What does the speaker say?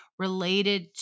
related